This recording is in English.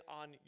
on